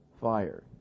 fire